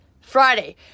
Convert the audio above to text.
Friday